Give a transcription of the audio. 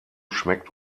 schmeckt